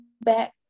back